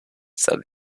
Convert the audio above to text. said